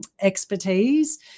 expertise